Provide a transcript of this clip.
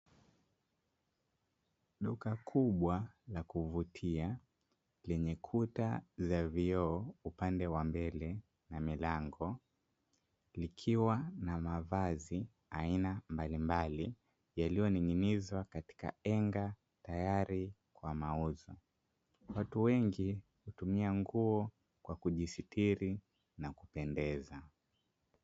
Duka kubwa la kuvutia lenye kuta za vioo upande wa mbele na milango, likiwa na mavazi aina mbalimbali yaliyoningínizwa katika henga tayari kwa mauzo, watu wengi hutumia nguo kwa kujistili na kupendeza.